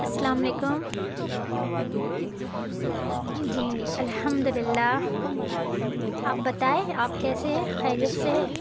السّلام علیکم جی الحمد للّہ آپ بتائیں آپ کیسے ہیں خیریت سے ہے